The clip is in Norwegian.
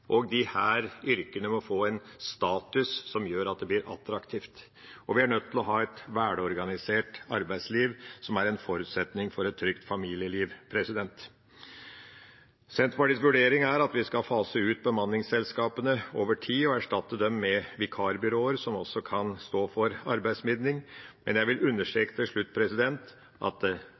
gjør at de blir attraktive. Vi er også nødt til å ha et velorganisert arbeidsliv, noe som er en forutsetning for et trygt familieliv. Senterpartiets vurdering er at vi skal fase ut bemanningsselskapene over tid og erstatte dem med vikarbyråer som også kan stå for arbeidsformidling. Men jeg vil understreke til slutt at det vi skal gjøre, skal til enhver tid dekke opp behovet for arbeidsfolk på en slik måte at